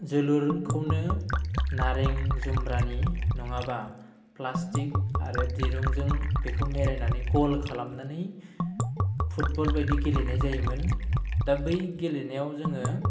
जोलुरखौनो नारें जुम्ब्रानि नङाबा प्लास्टिक आरो दिरुजों बेखौ मेरायनानै गल खालामनानै फुटबल बायदि गेलेनाय जायोमोन दा बै गेलेनायाव जोङो